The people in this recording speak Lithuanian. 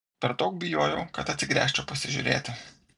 per daug bijojau kad atsigręžčiau pasižiūrėti